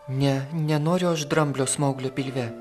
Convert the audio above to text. ne nenoriu aš dramblio smauglio pilve